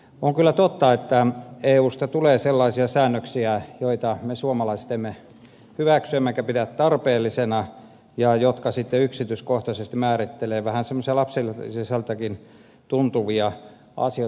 on kyllä totta että eusta tulee sellaisia säännöksiä joita me suomalaiset emme hyväksy emmekä pidä tarpeellisina ja jotka sitten yksityiskohtaisesti määrittelevät vähän semmoisia lapselliseltakin tuntuvia asioita